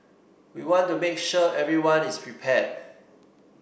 we want to make sure everyone is prepared